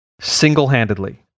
single-handedly